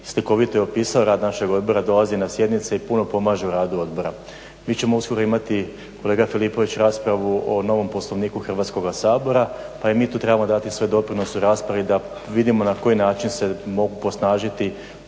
slikovito opisao rad našeg odbora, dolazi na sjednice i puno pomaže u radu odbora. Mi ćemo uskoro imati kolega Filipović raspravu o novom Poslovniku Hrvatskoga sabora pa i mi tu trebamo dati svoj doprinos u raspravi da vidimo na koji način se mogu posnažiti